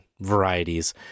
varieties